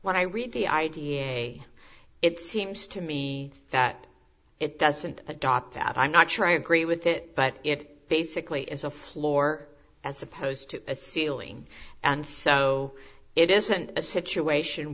when i read the i d f a it seems to me that it doesn't adopt that i'm not sure i agree with it but it basically is a floor as opposed to a ceiling and so it isn't a situation